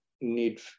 need